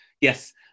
Yes